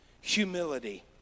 humility